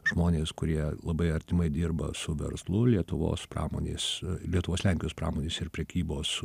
žmonės kurie labai artimai dirba su verslu lietuvos pramonės lietuvos lenkijos pramonės ir prekybos